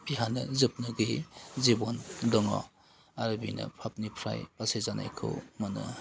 बिहानो जोबनो गैयै जिबन दङ आरो बिनो फाफनिफ्राय बासायजानायखौ मोनो